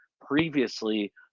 previously